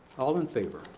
all in favor?